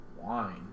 wine